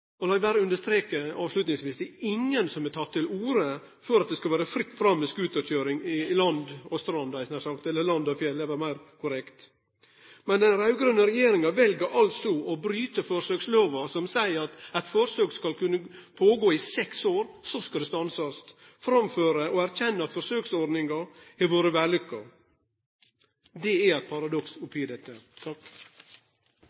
understreke avslutningsvis: Det er ingen som har teke til orde for at det skal vere fritt fram for scooterkjøring på land og strand, hadde eg nær sagt – eller land og fjell er vel meir korrekt. Men den raud-grøne regjeringa vel altså å bryte forsøkslova, som seier at forsøk skal kunne halde på i seks år, og så skal det stansast, framfor å erkjenne at forsøksordninga har vore vellukka. Det er eit paradoks